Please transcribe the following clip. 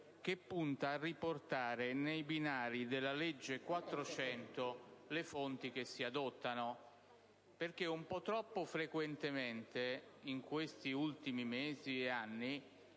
che punta a riportare nei binari della legge n. 400 del 1988 le fonti che si adottano infatti, un po' troppo frequentemente in questi ultimi mesi e anni